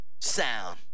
sound